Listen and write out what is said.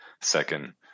second